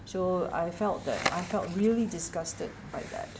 so I felt that I felt really disgusted by that